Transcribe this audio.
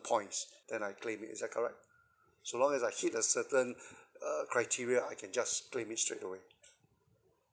points then I claim it is it correct so long as I hit a certain uh criteria I can just claim it straightaway